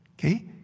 Okay